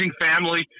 family